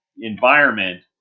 environment